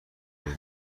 نمی